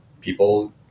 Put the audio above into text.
people